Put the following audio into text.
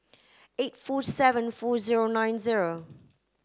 eight four seven four zero nine zero